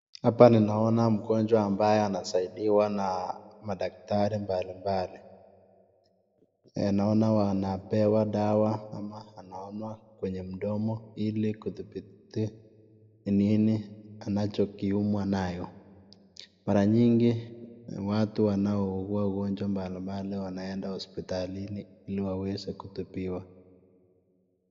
Hapa ninaona mgonjwa ambaye anasaidiwa na madaktari mbalimbali. Naona wanapewa dawa ama anaonwa kwenye mdomo ili kudhibiti ni nini anachokiumwa nayo. Mara nyingi, watu wanao ugua ugonjwa mbalimbali wanaenda hospitalini ili waweze kutibiwa.